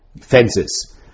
fences